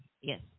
Yes